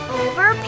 over